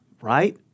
right